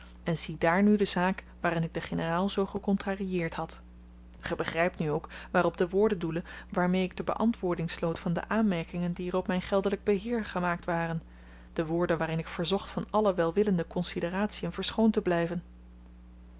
en ziedaar nu de zaak waarin ik den generaal zoo gekontrarieerd had ge begrypt nu ook waarop de woorden doelen waarmee ik de beantwoording sloot van de aanmerkingen die er op myn geldelyk beheer gemaakt waren de woorden waarin ik verzocht van alle welwillende konsideratien verschoond te blyven